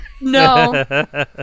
no